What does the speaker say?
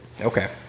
okay